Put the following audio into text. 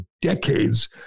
decades